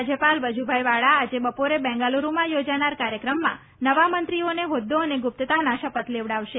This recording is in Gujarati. રાજ્યપાલ વજુભાઈવાળા આજે બપોરે બેંગાલુડુમાં યોજાનાર કાર્યક્રમમાં નવામંત્રીઓને હોદ્દો અને ગુપ્તતાના શપથ લેવડાવશે